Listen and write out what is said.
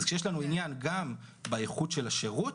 כשיש לנו עניין באיכות של השירות,